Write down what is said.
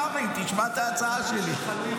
תשמע את ההצעה שלי.